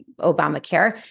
Obamacare